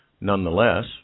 Nonetheless